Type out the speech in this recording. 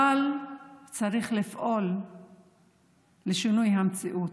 אבל צריך לפעול לשינוי המציאות.